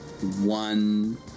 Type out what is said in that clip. one